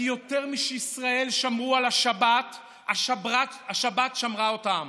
כי יותר משישראל שמרו את השבת שמרה השבת אותם,